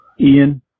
Ian